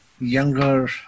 Younger